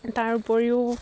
তাৰ উপৰিও